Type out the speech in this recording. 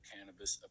Cannabis